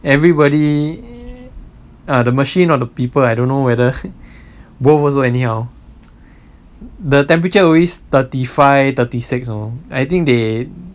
everybody err the machine or the people I don't know whether both also anyhow the temperature always thirty five thirty six lor I think they